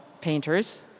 painters